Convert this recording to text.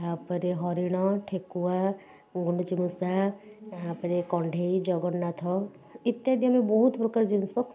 ତା'ପରେ ହରିଣ ଠେକୁଆ ଗୁଣ୍ଡୁଚି ମୂଷା ତା'ପରେ କଣ୍ଢେଇ ଜଗନ୍ନାଥ ଇତ୍ୟାଦି ଆମେ ବହୁତ ପ୍ରକାର ଜିନିଷ